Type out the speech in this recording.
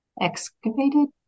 excavated